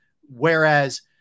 Whereas